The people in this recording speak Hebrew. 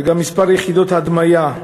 וגם מספר יחידות ההדמיה,